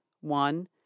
one